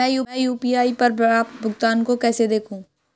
मैं यू.पी.आई पर प्राप्त भुगतान को कैसे देखूं?